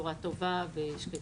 בצורה טובה ושקטה.